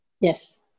Yes